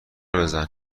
بزن